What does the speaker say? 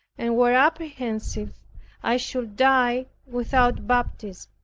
and were apprehensive i should die without baptism.